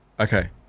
Okay